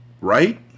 Right